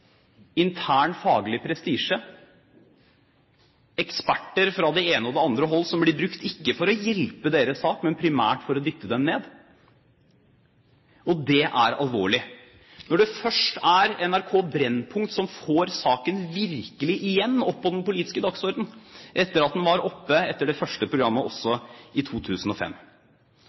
intern faglig prestisje, eksperter fra det ene og det andre hold, som blir brukt ikke for å hjelpe dem i deres sak, men primært for å dytte dem ned. Det er alvorlig! Det er NRK Brennpunkt som virkelig får saken opp igjen på den politiske dagsordenen, etter det første programmet i 2005.